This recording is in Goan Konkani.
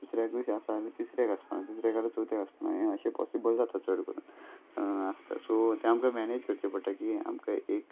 दुसऱ्याक अशी आसा जाल्या तिसऱ्या आसपाना तिसऱ्याक आसल्यार चवथ्याक आसपाना हें अशें पॉसिबल जाता चड करून आसता सो तें आमकां मॅनेज करचें पडटा की आमकां एक